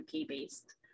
UK-based